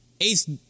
Ace